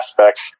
aspects